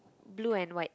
blue and white